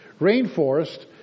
rainforest